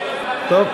טוב.